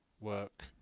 work